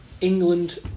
England